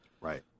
Right